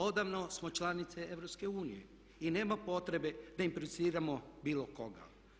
Odavno smo članice EU i nema potrebe da impriciramo bilo koga.